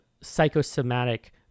psychosomatic